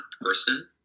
person